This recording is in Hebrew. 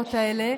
הנסיעות האלה,